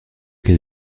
quai